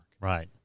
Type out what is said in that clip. Right